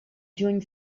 juny